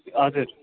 हजुर